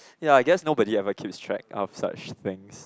ya I guess nobody ever keep track out of such thing